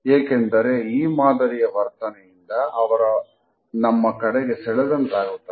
ಏಕೆಂದರೆ ಈ ಮಾದರಿಯ ವರ್ತನೆಯಿಂದ ಅವರ ನಮ್ಮ ಕಡೆಗೆ ಸೆಳೆದಂತಾಗುತ್ತದೆ